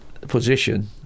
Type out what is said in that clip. position